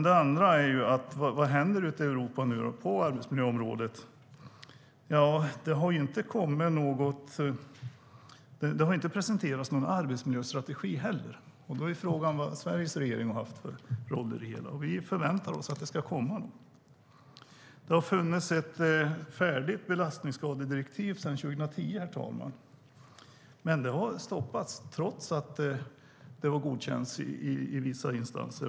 Det andra jag undrar är vad som händer på arbetsmiljöområdet i Europa nu. Det har ju inte presenterats någon arbetsmiljöstrategi. Då är frågan vad Sveriges regering har haft för roll i det hela. Vi förväntar oss att det ska komma något. Det har funnits ett färdigt belastningsskadedirektiv sedan 2010, men det har stoppats, trots att det har godkänts i vissa instanser.